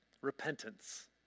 repentance